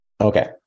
okay